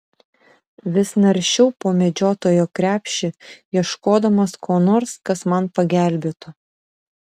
vis naršiau po medžiotojo krepšį ieškodamas ko nors kas man pagelbėtų